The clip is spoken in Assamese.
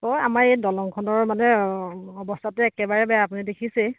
অ' আমাৰ এই দলংখনৰ মানে অৱস্থাটো একেবাৰে বেয়া আপুনি দেখিছেই